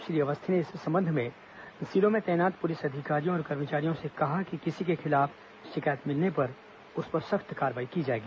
श्री अवस्थी ने इस संबंध में जिलों में तैनात पुलिस अधिकारियों कर्मचारियों से कहा है कि किसी के खिलाफ शिकायत मिलने पर उस पर सख्त कार्रवाई की जाएगी